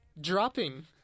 dropping